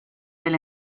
del